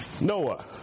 Noah